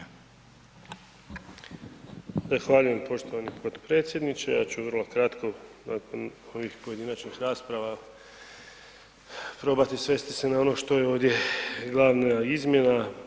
Zahvaljujem poštovani potpredsjedniče, ja ću vrlo kratko nakon ovih pojedinačnih rasprava probati svesti se na ono što je ovdje glavna izmjena.